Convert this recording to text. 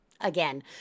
again